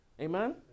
Amen